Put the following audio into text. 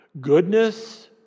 goodness